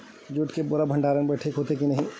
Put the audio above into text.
Jute के बोरा भंडारण बर ठीक होथे के नहीं?